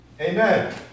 Amen